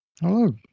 Hello